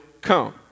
come